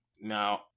Now